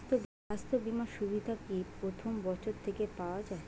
স্বাস্থ্য বীমার সুবিধা কি প্রথম বছর থেকে পাওয়া যায়?